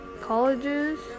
Colleges